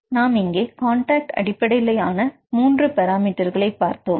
நாம் இங்கே கான்டக்ட் அடிப்படையிலான 3 பராமீட்டர் பார்த்தோம்